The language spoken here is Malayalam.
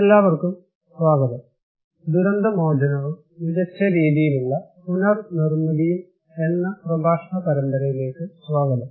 എല്ലാവർക്കും സ്വാഗതം ദുരന്ത മോചനവും മികച്ച രീതിയിലുള്ള പുനർ നിർമ്മിതിയും എന്ന പ്രഭാഷണ പരമ്പരയിലേക്ക് സ്വാഗതം